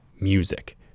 MUSIC